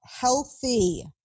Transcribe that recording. healthy